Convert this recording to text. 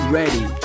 ready